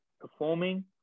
performing